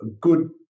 good